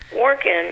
working